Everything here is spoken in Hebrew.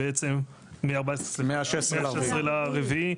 מה-16 באפריל,